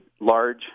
large